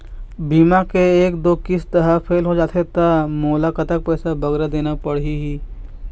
बीमा के एक दो किस्त हा फेल होथे जा थे ता मोला कतक पैसा बगरा देना पड़ही ही?